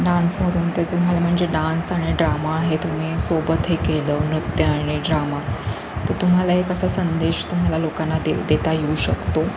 डान्समधून ते तुम्हाला म्हणजे डान्स आणि ड्रामा हे तुम्ही सोबत हे केलं नृत्य आणि ड्रामा तर तुम्हाला एक असा संदेश तुम्हाला लोकांना देऊ देता येऊ शकतो